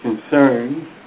concerns